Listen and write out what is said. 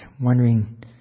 wondering